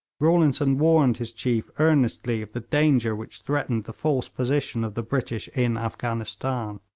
rawlinson warned his chief earnestly of the danger which threatened the false position of the british in afghanistan.